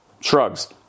Shrugs